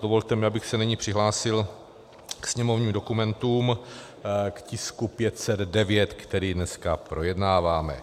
Dovolte mi, abych se nyní přihlásil k sněmovním dokumentům, k tisku 509, který dneska projednáváme.